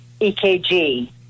EKG